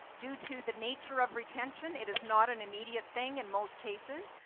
due to the nature of retention it is not an immediate thing in most cases,